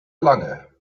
lange